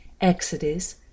Exodus